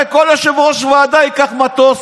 הרי כל יושב-ראש ועדה ייקח מטוס,